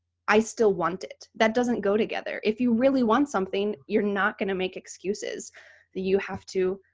i still want it. that doesn't go together. if you really want something, you're not going to make excuses that you have to